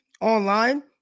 online